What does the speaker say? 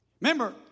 Remember